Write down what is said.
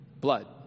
blood